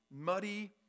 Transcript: muddy